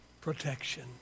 protection